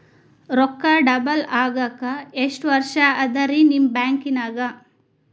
ರೊಕ್ಕ ಡಬಲ್ ಆಗಾಕ ಎಷ್ಟ ವರ್ಷಾ ಅದ ರಿ ನಿಮ್ಮ ಬ್ಯಾಂಕಿನ್ಯಾಗ?